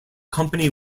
company